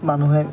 মানুহে